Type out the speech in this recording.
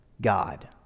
God